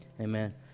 Amen